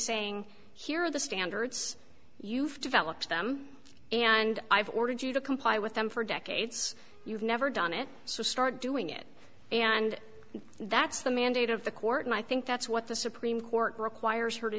saying here are the standards you've developed them and i've ordered you to comply with them for decades you've never done it so start doing it and that's the mandate of the court and i think that's what the supreme court requires her to